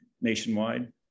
nationwide